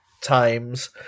Times